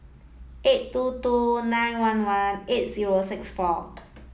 eight two two nine one one eight zero six four